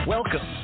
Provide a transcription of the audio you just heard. Welcome